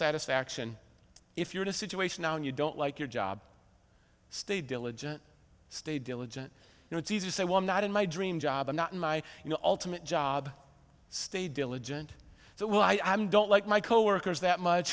satisfaction if you're in a situation now and you don't like your job stay diligent stay diligent you know it's easy to say well not in my dream job i'm not in my you know ultimate job stay diligent so well i'm don't like my coworkers that much